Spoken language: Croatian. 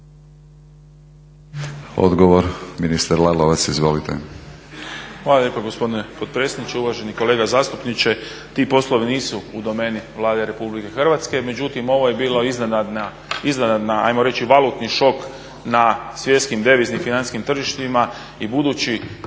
izvolite. **Lalovac, Boris (SDP)** Hvala lijepa gospodine potpredsjedniče. Uvaženi kolega zastupniče, ti poslovi nisu u domeni Vlade Republike Hrvatske, međutim ovo je bio iznenadni ajmo reći valutni šok na svjetskim deviznim financijskim tržištima i budući